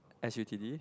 S_U_t_d